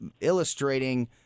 illustrating